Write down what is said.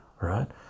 right